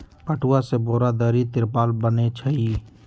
पटूआ से बोरा, दरी, तिरपाल बनै छइ